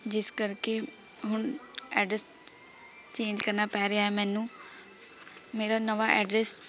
ਜਿਸ ਕਰਕੇ ਹੁਣ ਐਡਰੈੱਸ ਚੇਂਜ ਕਰਨਾ ਪੈ ਰਿਹਾ ਹੈ ਮੈਨੂੰ ਮੇਰਾ ਨਵਾਂ ਐਡਰੈੱਸ